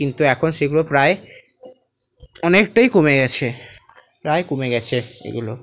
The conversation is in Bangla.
কিন্তু এখন সেগুলো প্রায় অনেকটাই কমে গেছে প্রায় কমে গেছে এইগুলো